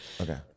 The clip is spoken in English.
Okay